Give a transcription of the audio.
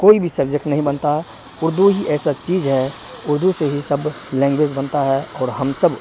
کوئی بھی سبجیکٹ نہیں بنتا اردو ہی ایسا چیز ہے اردو سے ہی سب لینگویج بنتا ہے اور ہم سب